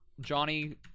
Johnny